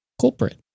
culprit